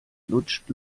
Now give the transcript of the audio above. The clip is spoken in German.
lutscht